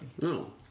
No